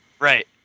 Right